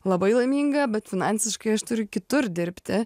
labai laiminga bet finansiškai aš turiu kitur dirbti